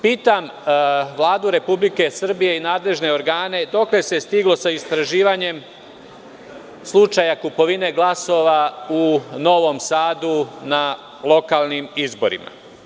Pitam Vladu Republike Srbije i nadležne organe - dokle se stiglo sa istraživanjem slučaja kupovine glasova u Novom Sadu, na lokalnim izborima?